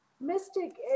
Mystic